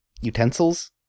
utensils